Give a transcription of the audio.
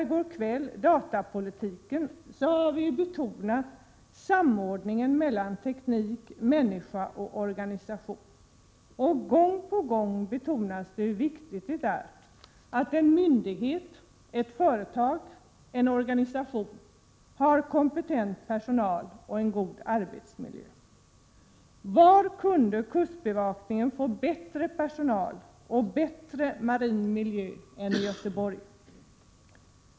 i går kväll då vi diskuterade datapolitiken — har vi ju betonat samordningen mellan teknik, människa och organisation. Gång på gång betonas hur viktigt det är att en myndighet, ett företag eller en organisation har kompetent personal och en god arbetsmiljö. Var kunde kustbevakningen få bättre personal och bättre marin miljö än i Göteborg?